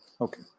Okay